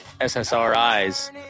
SSRIs